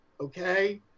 okay